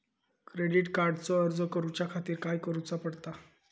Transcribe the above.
Credit कार्डचो अर्ज करुच्या खातीर काय करूचा पडता?